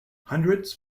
hundreds